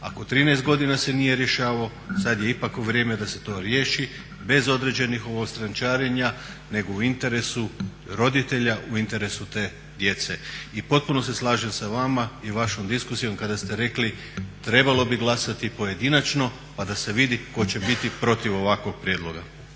Ako 13 godina se nije rješavao sad je ipak vrijeme da se to riješi, bez određenih … nego u interesu roditelja, u interesu te djece. I potpuno se slažem sa vama i vašom diskusijom kada ste rekli trebalo bi glasati pojedinačno pa da se vidi tko će biti protiv ovakvog prijedloga.